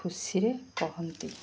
ଖୁସିରେ କହନ୍ତି